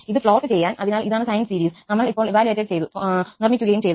ഇത് പ്ലോട്ട് ചെയ്യാൻ അതിനാൽ ഇതാണ് സൈൻ സീരീസ് നമ്മൾ ഇപ്പോൾ ഇവാലുവേറ്റഡ് ചെയ്തു കോൺസ്ട്രക്ക്ട ചെയ്തു